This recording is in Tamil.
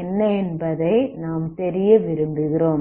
என்ன என்பதை நாம் தெரிய விரும்புகிறோம்